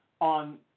on